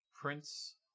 Prince